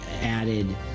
added